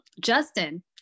Justin